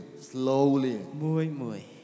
slowly